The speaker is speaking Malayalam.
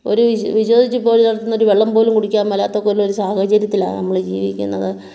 ഒരു വിശ്വസി വിശ്വസിച്ച് ഇപ്പോൾ ഈ നടത്തുന്ന ഒരു വെള്ളം പോലും കുടിക്കാൻ മേലാത്തൊക്കെ ഉള്ള ഒരു സാഹചര്യത്തിലാണ് നമ്മൾ ജീവിക്കുന്നത്